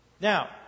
Now